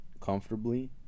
comfortably